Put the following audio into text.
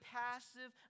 passive